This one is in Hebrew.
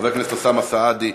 חבר הכנסת אוסאמה סעדי,